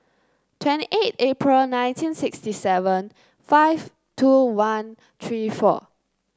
twenty eight April nineteen sixty seven five two one three four